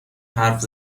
حرف